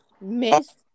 Miss